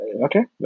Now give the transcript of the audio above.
Okay